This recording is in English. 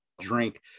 drink